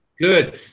Good